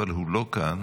אבל הוא לא כאן.